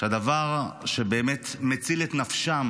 והדבר שבאמת מציל את נפשם